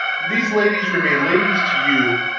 these ladies remain ladies to you,